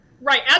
Right